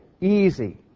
easy